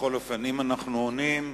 בכל אופן, אם אנחנו עונים,